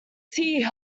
tea